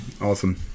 awesome